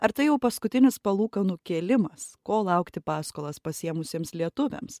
ar tai jau paskutinis palūkanų kėlimas ko laukti paskolas pasiėmusiems lietuviams